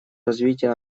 развитие